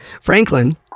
Franklin